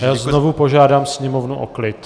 Já znovu požádám sněmovnu o klid.